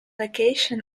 location